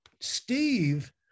Steve